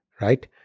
right